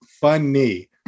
funny